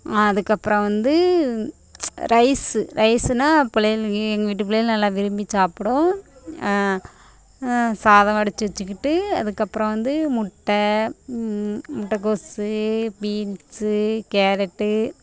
அதுக்கப்புறம் வந்து ரைஸ்ஸு ரைஸ்ஸுன்னால் பிள்ளைங்களுக்கு எங்கள் வீட்டு பிள்ளைங்களு நல்லா விரும்பி சாப்பிடும் சாதம் வடித்து வெச்சுக்கிட்டு அதுக்கப்புறம் வந்து முட்டை முட்டை கோஸ்ஸு பீன்ஸு கேரட்டு